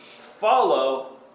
follow